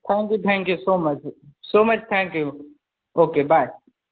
thank you thank you so much so much thank you okay bye